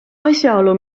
asjaolu